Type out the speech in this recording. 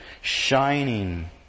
shining